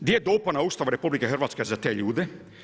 Gdje je dopuna Ustava RH za te ljude?